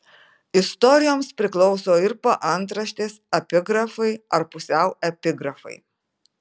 istorijoms priklauso ir paantraštės epigrafai ar pusiau epigrafai